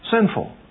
sinful